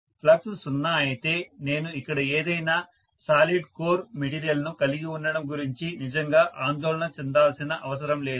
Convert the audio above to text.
flux 0 అయితే నేను ఇక్కడ ఏదైనా సాలిడ్ కోర్ మెటీరియల్ను కలిగి ఉండటం గురించి నిజంగా ఆందోళన చెందాల్సిన అవసరం లేదు